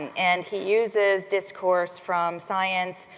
and he uses discourse from science,